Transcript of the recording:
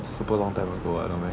super long time ago